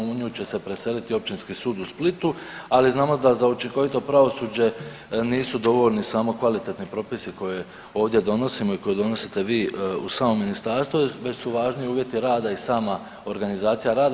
U nju će se preseliti Općinski sud u Splitu, ali znamo da za učinkovito pravosuđe nisu dovoljni samo kvalitetni propisi koje ovdje donosimo i koje donosite vi u samo ministarstvo već su važni uvjeti rada i sama organizacija rada.